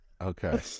Okay